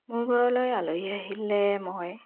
মোৰ ঘৰলৈ আলহী আহিলে মই